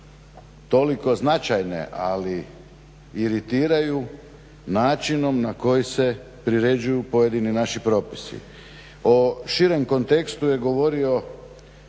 toliko značajne, ali iritiraju načinom na koji se priređuju pojedini naši propisi. O širem kontekstu je govorio